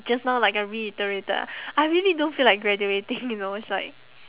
just now like I reiterated I really don't feel like graduating you know it's like